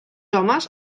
homes